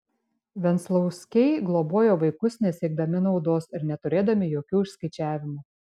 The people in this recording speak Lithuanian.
venclauskiai globojo vaikus nesiekdami naudos ir neturėdami jokių išskaičiavimų